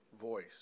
voice